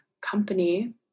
company